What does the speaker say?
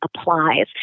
applies